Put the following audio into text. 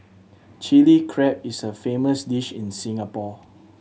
Chilli Crab is a famous dish in Singapore